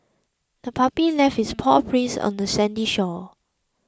the puppy left its paw prints on the sandy shore